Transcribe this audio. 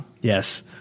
Yes